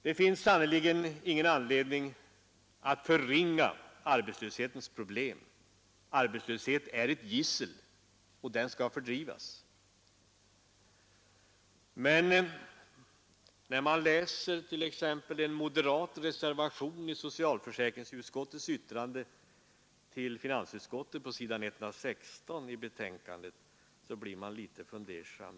Det finns sannerligen ingen anledning att förringa arbetslöshetens problem. Arbetslöshet är ett gissel. Den skall fördrivas. Men när man t.ex. läser en moderat reservation till socialförsäkringsutskottets yttrande till finansutskottet, s. 116 i utskottets betänkande nr 40, så blir man litet fundersam.